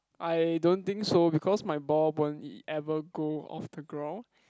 I don't think so because my ball won't it ever go off the ground